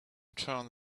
turn